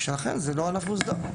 ולכן הוא לא מוסדר.